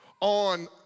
on